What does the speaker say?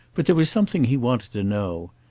but there was something he wanted to know,